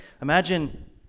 imagine